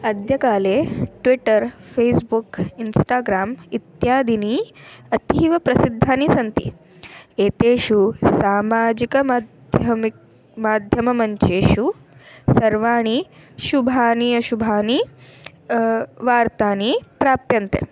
अद्यकाले Twitter Facebook Instagram इत्यादीनि अतीवप्रसिद्धानि सन्ति एतेषु सामाजिकमाध्यमिकमाध्यममञ्चेषु सर्वाणि शुभानि अशुभानि वार्तानि प्राप्यन्ते